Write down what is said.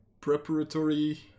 preparatory